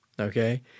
okay